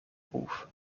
ruf